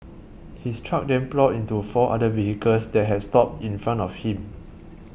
his truck then ploughed into four other vehicles that had stopped in front of him